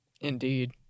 Indeed